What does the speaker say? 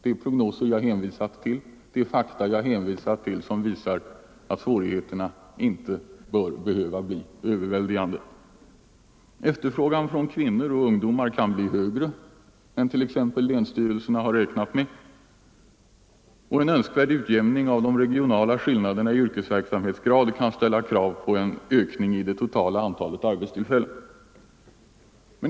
De prognoser och fakta som jag hänvisat till visar att svårigheterna inte behöver bli överväldigande. Efterfrågan på arbete från kvinnor och ungdomar kan bli större än vad t.ex. länsstyrelserna har räknat med. Likaså kan en önskvärd utjämning av de regionala skillnaderna i yrkesverksamhetsgrad ställa krav på en ökning av det totala antalet arbetstillfällen.